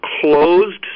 closed